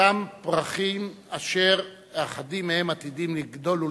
אותם פרחים אשר אחדים מהם עתידים לגדול ולפרוח,